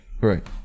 Right